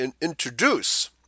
introduce